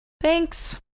Thanks